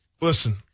listen